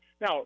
Now